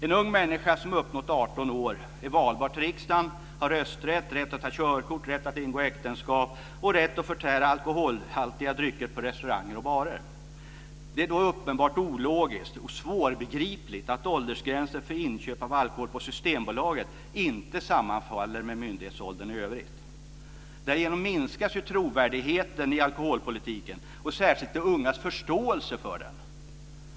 En ung människa som uppnått 18 år är valbar till riksdagen, har rösträtt, rätt att ta körkort, rätt att ingå äktenskap och rätt att förtära alkoholhaltiga drycker på restauranger och barer. Det är då uppenbart ologiskt och svårbegripligt att åldersgränsen för inköp av alkohol på Systembolaget inte sammanfaller med myndighetsåldern i övrigt. Därigenom minskas trovärdigheten i alkoholpolitiken, och särskilt de ungas förståelse för den.